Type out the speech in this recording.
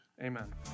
amen